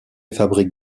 fabrique